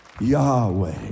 Yahweh